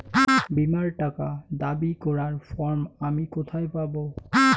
বীমার টাকা দাবি করার ফর্ম আমি কোথায় পাব?